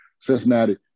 Cincinnati